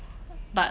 but